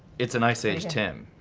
it's an ice age tim.